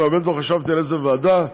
באמת לא חשבתי על איזו ועדה,